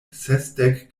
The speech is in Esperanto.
sesdek